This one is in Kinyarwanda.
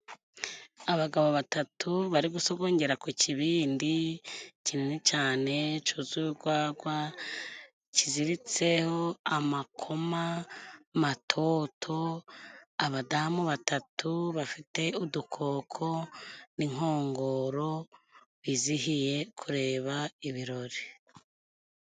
Abagabo batatu bari gusogongera ku kibindi kinini cane cuzuye urwagwa ,kiziritseho amakoma matoto, abadamu batatu bafite udukoko n'inkongoro bizihiye kureba ibirori.